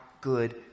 good